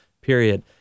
period